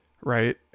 Right